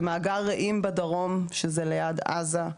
במאגר רעים בדרום ליד עזה.